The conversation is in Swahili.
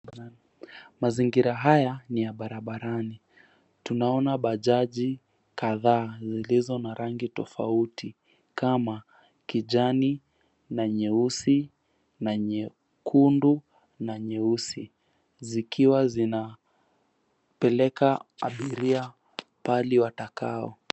Mazingira haya ni ya barabarani. Tunaona bajaji kadhaa zilizo na rangi tofauti kama kijani, na nyeusi, na nyekundu, na nyeusi, zikiwa zinapeleka abiria pahali watakao.